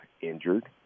injured